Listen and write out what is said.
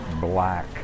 black